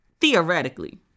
Theoretically